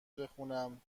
بخونم